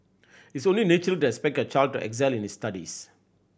it's only natural to expect your child to excel in his studies